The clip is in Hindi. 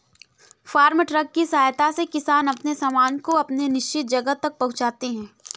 फार्म ट्रक की सहायता से किसान अपने सामान को अपने निश्चित जगह तक पहुंचाते हैं